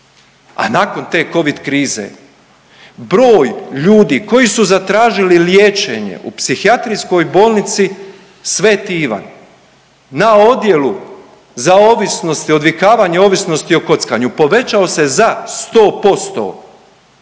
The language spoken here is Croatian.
a nakon te Covid krize broj ljudi koji su zatražili liječenje u Psihijatrijskoj bolnici Sv. Ivan na odjelu za ovisnost i odvikavanju ovisnosti o kockanju povećao se za 100%.